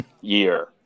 year